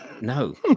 no